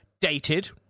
dated